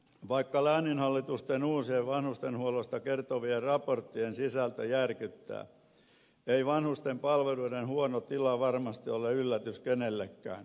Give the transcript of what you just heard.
vaikka lääninhallitusten uusien vanhustenhuollosta kertovien raporttien sisältö järkyttää ei vanhustenpalveluiden huono tila varmasti ole yllätys kenellekään